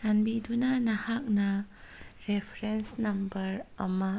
ꯆꯥꯟꯕꯤꯗꯨꯅ ꯅꯍꯥꯛꯅ reference number ꯑꯃ